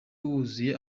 wuzuye